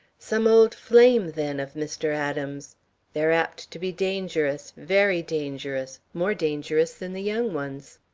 some old flame, then, of mr. adams they're apt to be dangerous, very dangerous, more dangerous than the young ones.